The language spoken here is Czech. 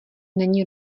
není